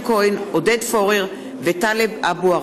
תודה.